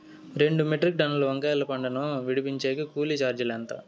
రెండు మెట్రిక్ టన్నుల వంకాయల పంట ను విడిపించేకి కూలీ చార్జీలు ఎంత?